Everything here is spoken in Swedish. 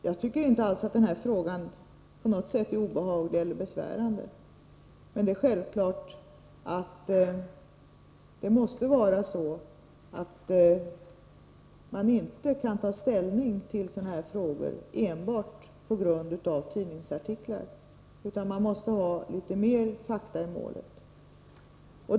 Jag tycker inte alls att den här frågan på något sätt är obehaglig eller besvärande, men självfallet kan man inte ta ställning till sådana här frågor enbart på grund av tidningsartiklar, utan man måste ha litet mer fakta i målet.